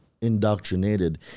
indoctrinated